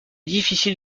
difficile